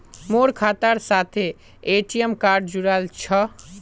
मोर खातार साथे ए.टी.एम कार्ड जुड़ाल छह